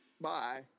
Bye